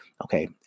okay